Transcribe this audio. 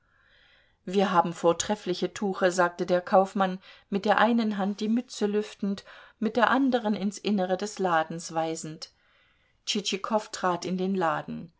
wir haben vortreffliche tuche sagte der kaufmann mit der einen hand die mütze lüftend und mit der anderen ins innere des ladens weisend tschitschikow trat in den laden